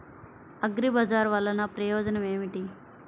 అగ్రిబజార్ వల్లన ప్రయోజనం ఏమిటీ?